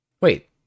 Wait